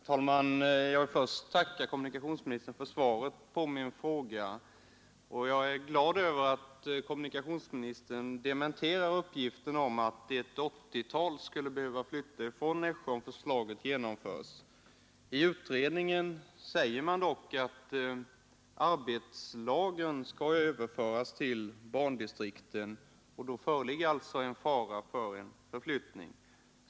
Herr talman! Jag vill först tacka kommunikationsministern för svaret på min fråga. Jag är glad över att kommunikationsministern dementerar uppgiften att ett 80-tal anställda skulle behöva flytta från Nässjö om förslaget genomförs. Utredningen säger dock att arbetslagen skall överföras till bandistrikten, och då föreligger alltså en fara för förflyttning.